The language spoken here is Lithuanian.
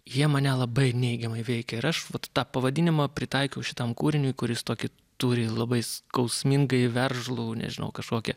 jie mane labai neigiamai veikia ir aš vat tą pavadinimą pritaikiau šitam kūriniui kuris tokį turi labai skausmingai veržlų nežinau kažkokią